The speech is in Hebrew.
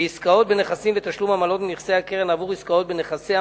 ועסקאות בנכסים ותשלום עמלות מנכסי הקרן עבור עסקאות בנכסיה,